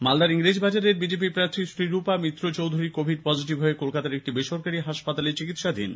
মালদার ইংলিশ বাজারের বিজেপি প্রার্থী শ্রীরূপা মিত্র চৌধুরী কোভিড পজিটিভ হয়ে কলকাতার একটি বেসরকারি হাসপাতালে ভর্তি আছেন